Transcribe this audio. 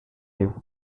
would